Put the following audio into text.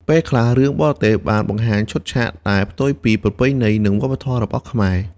ពេលខ្លះ រឿងបរទេសបានបង្ហាញឈុតឆាកដែលផ្ទុយពីប្រពៃណីនិងវប្បធម៌របស់ខ្មែរ។